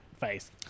face